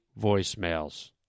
voicemails